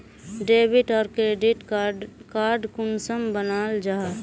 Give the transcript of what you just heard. Debit आर credit card कुंसम बनाल जाहा?